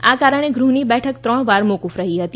આ કારણે ગૃહની બેઠક ત્રણ વાર મોફફ રહી હતી